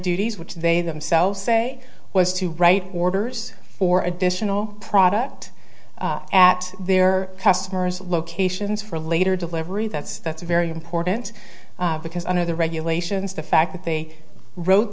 duties which they themselves say was to write orders for additional product at their customers locations for later delivery that's that's very important because under the regulations the fact that they wrote